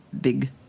big